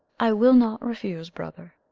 i will not refuse, brother.